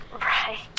Right